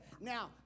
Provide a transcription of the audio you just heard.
now